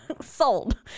Sold